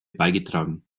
beigetragen